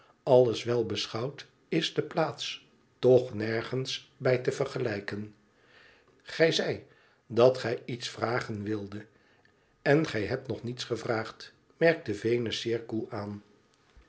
alles wel beschouwd is de plaats toch nergens bij te vergelijken gij zeidet dat gij iets vragen wildet en gij hebt nog niets gevraagd merkte venus zeer koel aan